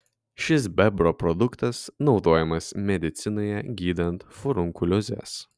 šis bebro produktas naudojamas medicinoje gydant furunkuliozes